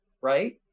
right